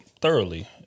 thoroughly